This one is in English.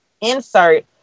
insert